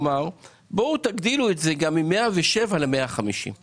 גם תגדילו את זה מ-107,000 ₪ ל-150,000 ₪.